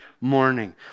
morning